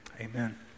Amen